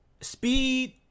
speed